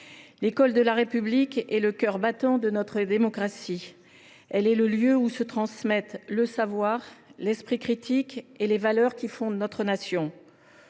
l’école de la République est le cœur battant de notre démocratie. Elle est le lieu où se transmettent le savoir, l’esprit critique et les valeurs qui fondent notre nation.